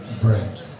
Bread